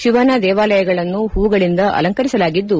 ಶಿವನ ದೇವಾಲಯಗಳನ್ನು ಹೂಗಳಿಂದ ಅಲಂಕರಿಸಲಾಗಿದ್ದು